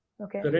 Okay